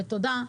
ותודה,